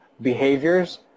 behaviors